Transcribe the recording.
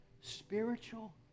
spiritual